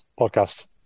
Podcast